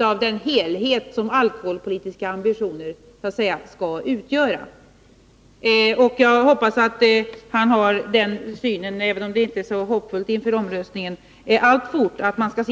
av den helhet som våra alkoholpolitiska ambitioner utgör. Jag hoppas att han har den synen också nu, även om det inte är så hoppfullt inför omröstningen i dag.